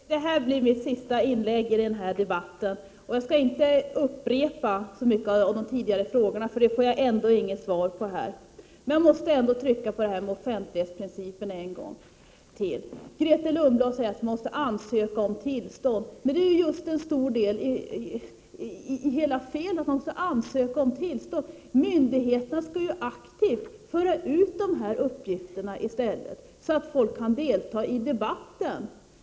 Fru talman! Det här blir mitt sista inlägg i den här debatten. Jag skall inte upprepa så mycket av mina tidigare frågor, för jag får ändå inga svar. Jag måste ändå trycka på offentlighetsprincipen en gång till. Grethe Lundblad säger att man måste ansöka om tillstånd. Det är just det stora felet — myndigheterna skall ju aktivt föra ut de här uppgifterna i stället, så att folk kan delta i debatten!